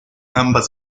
ambas